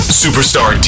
superstar